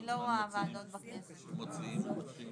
לא יכול להיות מצב ששר האוצר, עם שר הרווחה,